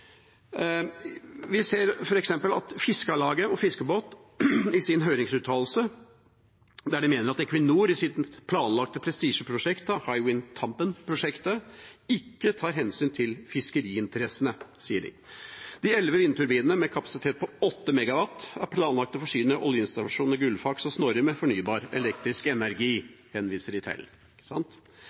Vi ser f.eks. at Fiskarlaget og Fiskebåt i sin høringsuttalelse mener at Equinor i sitt planlagte prestisjeprosjekt, Hywind Tampen-prosjektet, ikke tar hensyn til fiskeriinteressene. De elleve vindturbinene, med kapasitet på 8 MW, er planlagt å forsyne oljeinstallasjonene Gullfaks og Snorre med fornybar elektrisk energi, henviser de til.